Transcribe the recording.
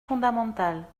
fondamentale